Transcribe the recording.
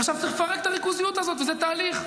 עכשיו צריך לפרק את הריכוזיות הזאת, וזה תהליך.